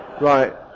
Right